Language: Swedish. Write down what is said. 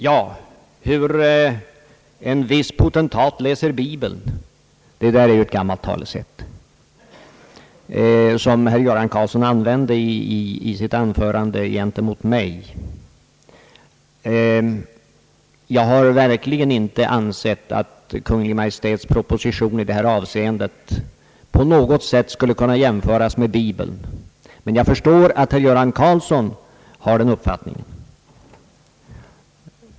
Talesättet om hur en viss potentat läser bibeln är ju gammalt, och herr Göran Karlsson använde det om mig i sitt anförande, Jag har verkligen inte ansett att Kungl. Maj:ts proposition på något sätt skulle kunna jämföras med bibeln, men jag förstår att herr Göran Karlsson har den uppfattningen.